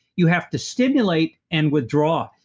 you have to stimulate and withdraw,